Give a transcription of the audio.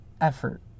effort